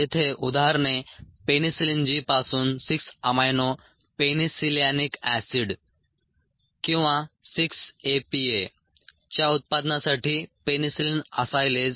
येथे उदाहरणे penicillin G पासून 6 अमायनो पेनीसीलॅनिक ऍसिड किंवा 6 एपीए च्या उत्पादनासाठी पेनीसीलीन असायलेज